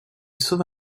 sauve